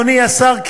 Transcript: אדוני השר,